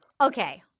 Okay